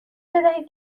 بدهید